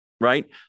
right